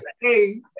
Hey